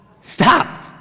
Stop